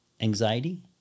anxiety